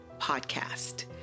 podcast